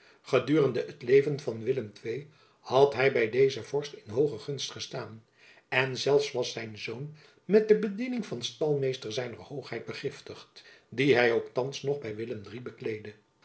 gedurende het leven van willem ii had hy by dezen vorst in hooge gunst gestaan en zelfs was zijn zoon met de bediening van stalmeester zijner hoogheid begiftigd die hy ook thands nog by willem iii bekleedde